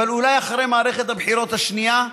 אבל אולי אחרי מערכת הבחירות השנייה,